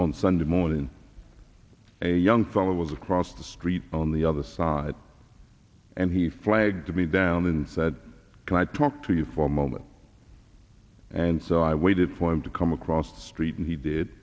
on sunday morning a young fellow was across the street on the other side and he flagged me down and said can i talk to you for a moment and so i waited for him to come across the street and he did